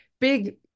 big